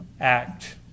act